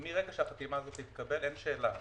מרגע שהחתימה הזאת תתקבל אין שאלה,